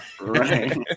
Right